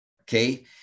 Okay